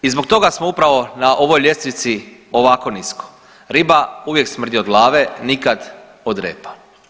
I zbog toga smo upravo na ovoj ljestvici ovako nisko, riba uvijek smrti od glave nikad od repa.